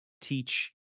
teach